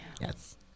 yes